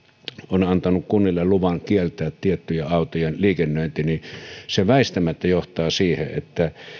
on antanut kunnille luvan kieltää tiettyjen autojen liikennöinti niin se väistämättä johtaa siihen että